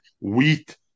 wheat